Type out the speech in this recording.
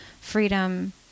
freedom